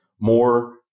more